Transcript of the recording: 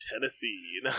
Tennessee